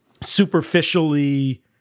superficially